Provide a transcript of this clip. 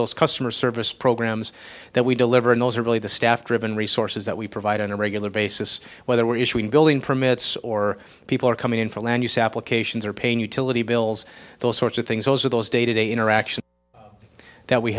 those customer service programs that we deliver and those are really the staff driven resources that we provide on a regular basis whether we're issuing building permits or people are coming in for land use applications or paying utility bills those sorts of things those are those day to day interaction that we